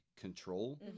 control